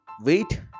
wait